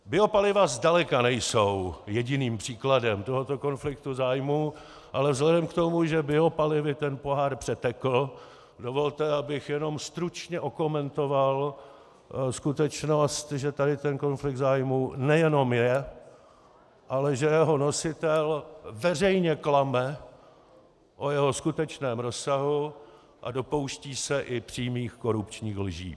Biopaliva zdaleka nejsou jediným příkladem tohoto konfliktu zájmů, ale vzhledem k tomu, že biopalivy ten pohár přetekl, dovolte, abych jenom stručně okomentoval skutečnost, že tady ten konflikt zájmů nejenom je, ale že jeho nositel veřejně klame o jeho skutečném rozsahu a dopouští se i přímých korupčních lží.